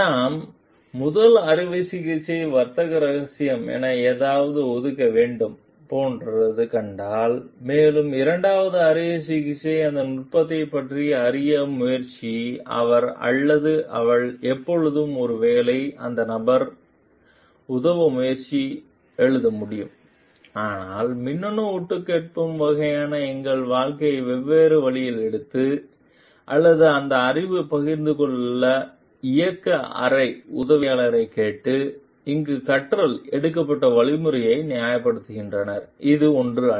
நாம் முதல் அறுவை சிகிச்சை வர்த்தக இரகசிய என ஏதாவது ஒதுக்க வேண்டும் போன்ற கண்டால் மேலும் இரண்டாவது அறுவை சிகிச்சை அந்த நுட்பத்தை பற்றி அறிய முயற்சி அவர் அல்லது அவள் எப்போதும் ஒருவேளை அந்த நபர் அந்த நபர் உதவ முயற்சி எழுத முடியும் ஆனால் மின்னணு ஒட்டுக்கேட்கும் வகையான எங்கள் வாழ்க்கை வெவ்வேறு வழியில் எடுத்து அல்லது அந்த அறிவு பகிர்ந்து கொள்ள இயக்க அறை உதவியாளர் கேட்டு இங்கே கற்றல் எடுக்கப்பட்ட வழிமுறையாக நியாயப்படுத்தினார் இது ஒன்று அல்ல